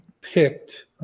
picked –